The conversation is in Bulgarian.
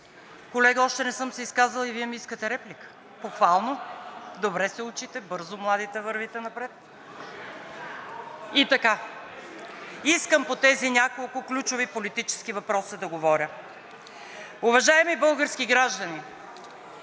Колега, още не съм се изказала и Вие ми искате реплика? (Шум и реплики.) Похвално. Добре се учите. Бързо младите вървите напред. И така, искам по тези няколко ключови политически въпроса да говоря. Уважаеми български граждани,